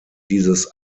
dieses